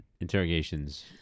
interrogations